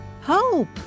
Hope